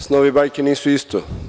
Snovi i bajke nisu isto.